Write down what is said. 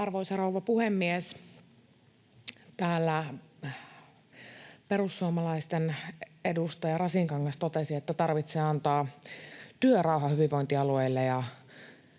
Arvoisa rouva puhemies! Täällä perussuomalaisten edustaja Rasinkangas totesi, että tarvitsee antaa työrauha hyvinvointialueille